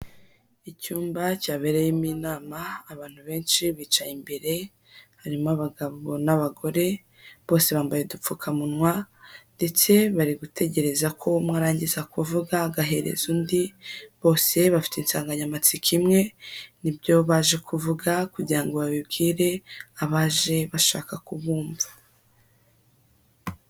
Icyumba cyabereyemo inama, abantu benshi bicaye imbere, harimo abagabo n'abagore bose bambaye udupfukamunwa, ndetse bari gutegereza ko umwe arangiza kuvuga agahereza undi, bose bafite insanganyamatsiko imwe, nibyo baje kuvuga, kugira ngo babibwire abaje bashaka kubumva.